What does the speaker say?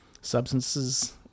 substances